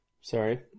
sorry